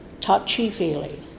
touchy-feely